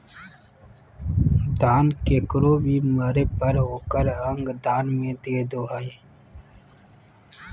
दान केकरो भी मरे पर ओकर अंग दान में दे दो हइ